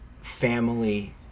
family